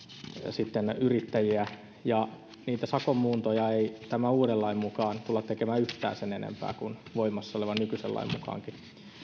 yrittäjiä niitä sakon muuntoja ei tämän uuden lain mukaan tulla tekemään yhtään sen enempää kuin voimassa olevan nykyisen lain mukaankaan